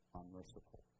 unmerciful